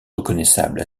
reconnaissable